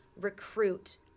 recruit